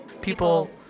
people